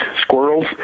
squirrels